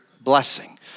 blessing